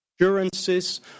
assurances